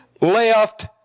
left